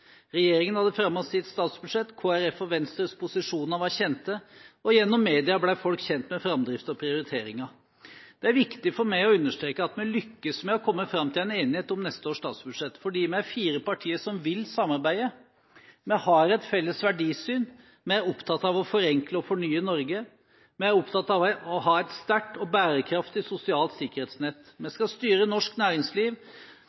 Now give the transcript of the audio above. Regjeringen hadde fremmet sitt statsbudsjett, Kristelig Folkepartis og Venstres posisjoner var kjent, og gjennom media ble folk kjent med framdrift og prioriteringer. Det er viktig for meg å understreke at vi lykkes med å komme fram til en enighet om neste års statsbudsjett fordi vi er fire partier som vil samarbeide. Vi har et felles verdisyn, vi er opptatt av å forenkle og fornye Norge. Vi er opptatt av å ha et sterkt og bærekraftig sosialt sikkerhetsnett. Vi